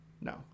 No